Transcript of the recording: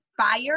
fire